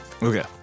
Okay